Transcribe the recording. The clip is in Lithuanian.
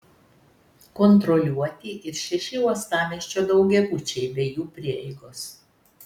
kontroliuoti ir šeši uostamiesčio daugiabučiai bei jų prieigos